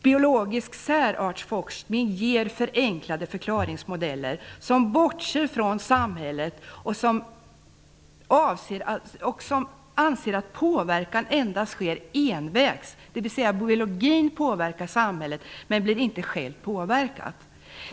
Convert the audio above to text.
Biologisk särartsforskning ger förenklade förklaringsmodeller som bortser från samhället och som anser att det endast sker en envägspåverkan, dvs. att biologin påverkar samhället men blir inte själv påverkad.